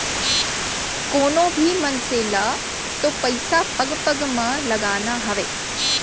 कोनों भी मनसे ल तो पइसा पग पग म लगाना हावय